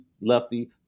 lefty